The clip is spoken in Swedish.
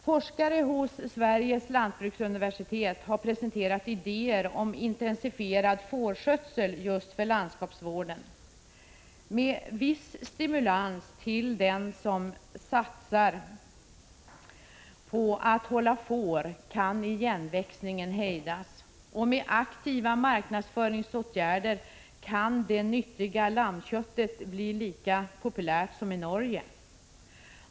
Forskare hos Sveriges lantbruksuniversitet har presenterat idéer om intensifierad fårskötsel just för landskapsvården. Med viss stimulans till den som satsar på att hålla får kan igenväxningen hejdas. Och med aktiva marknadsföringsåtgärder kan det nyttiga lammköttet bli lika populärt här som i Norge.